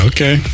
Okay